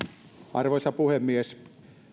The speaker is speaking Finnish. arvoisa puhemies